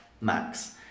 Max